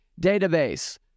database